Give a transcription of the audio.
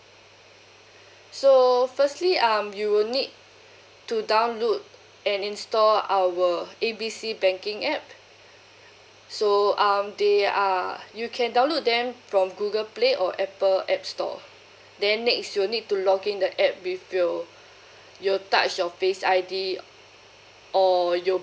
so firstly um you will need to download and install our A B C banking app so um there are you can download them from google play or apple app store then next you need to login the app with your your touch your face I_D or your